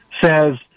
says